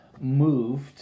moved